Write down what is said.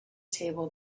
table